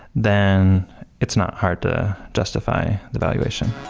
then it's not hard to justify the valuation.